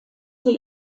sie